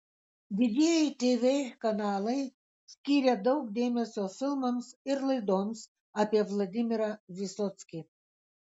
didieji tv kanalai skyrė daug dėmesio filmams ir laidoms apie vladimirą vysockį